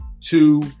two